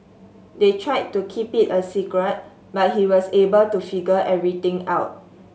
they tried to keep it a secret but he was able to figure everything out